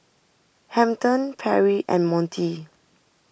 Hampton Perri and Montie